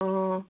অঁ